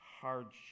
hardship